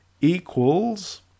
equals